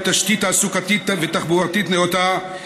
עם תשתית תעסוקתית ותחבורתית נאותה,